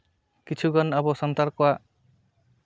ᱠᱤᱪᱷᱩ ᱜᱟᱱ ᱟᱵᱚ ᱥᱟᱱᱛᱟᱲ ᱠᱚᱣᱟᱜ